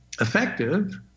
effective